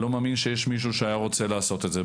אני לא מאמין שיש מישהו שהיה רוצה לעשות את זה.